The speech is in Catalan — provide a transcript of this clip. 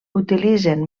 utilitzen